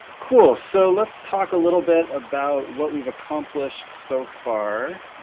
cool, so let's talk a little bit about what we've accomplished so far.